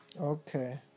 Okay